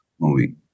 movie